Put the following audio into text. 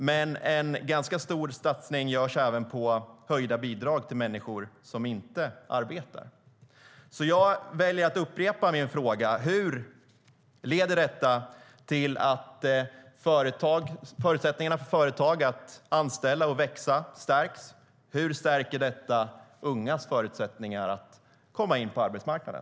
Men en ganska stor satsning görs även på höjda bidrag till människor som inte arbetar. Jag väljer därför att upprepa min fråga: Hur leder detta till att förutsättningarna för företag att anställa och växa stärks, och hur stärker detta ungas förutsättningar att komma in på arbetsmarknaden?